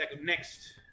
next